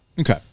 Okay